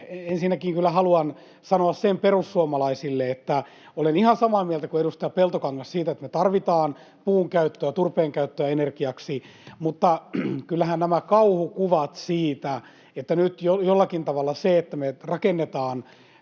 ensinnäkin kyllä haluan sanoa perussuomalaisille sen, että olen ihan samaa mieltä kuin edustaja Peltokangas siitä, että me tarvitaan puun käyttöä, turpeen käyttöä energiaksi. Mutta kyllähän nämä kauhukuvat siitä, että nyt jo jollakin tavalla se, että kun me rakennetaan